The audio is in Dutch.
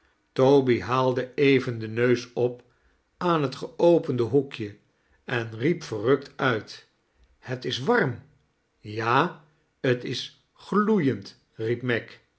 toby haalde even den neus op aan het geopende hoekje en riep verrukt uit het is warm ja t is gloeiend riep